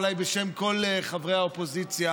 אולי בשם כל חברי האופוזיציה: